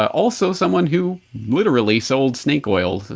also someone who literally sold snake oil,